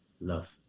love